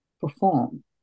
perform